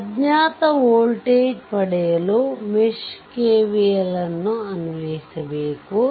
ಅಜ್ಞಾತ ವೋಲ್ಟೇಜ್ ಪಡೆಯಲು mesh KVL ಅನ್ನು ಅನ್ವಯಿಸಬೇಕು